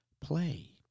play